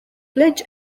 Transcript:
pledge